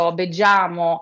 beggiamo